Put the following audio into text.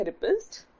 therapist